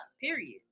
Period